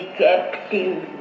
captive